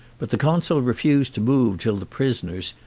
but the consul refused to move till the pris oners,